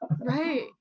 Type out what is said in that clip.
Right